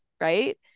right